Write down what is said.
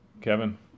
Kevin